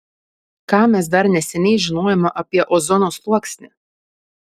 ką mes dar neseniai žinojome apie ozono sluoksnį